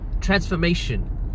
transformation